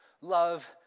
Love